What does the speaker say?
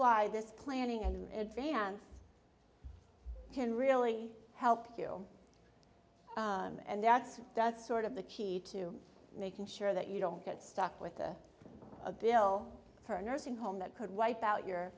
why this planning and advance can really help you and that's that's sort of the key to making sure that you don't get stuck with a bill for a nursing home that could wipe out your